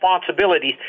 responsibilities